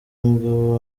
umugabo